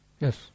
Yes